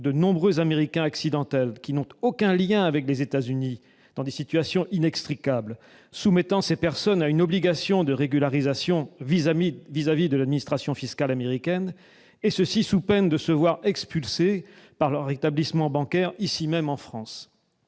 de nombreux « Américains accidentels », qui n'ont aucun lien avec les États-Unis, soumettant ces personnes à une obligation de régularisation vis-à-vis de l'administration fiscale américaine, et ce sous peine de se voir « expulsés » par leur établissement bancaire ici même en France.